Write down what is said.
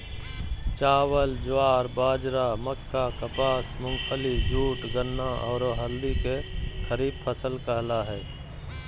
चावल, ज्वार, बाजरा, मक्का, कपास, मूंगफली, जूट, गन्ना, औरो हल्दी के खरीफ फसल कहला हइ